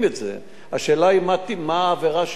השאלה היא מה העבירה שנעברה שם.